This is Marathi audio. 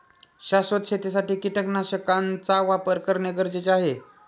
शाश्वत शेतीसाठी कीटकनाशकांचा वापर करणे गरजेचे आहे